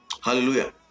Hallelujah